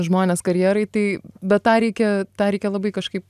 žmonės karjerai tai bet tą reikia tą reikia labai kažkaip